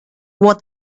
what